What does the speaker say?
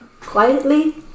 Quietly